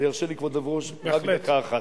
וירשה לי כבוד היושב-ראש עוד דקה אחת.